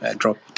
drop